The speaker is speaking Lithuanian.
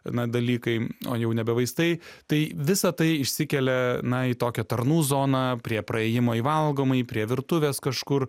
na dalykai o jau nebe vaistai tai visa tai išsikelia na į tokią tarnų zoną prie praėjimo į valgomąjį prie virtuvės kažkur